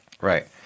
right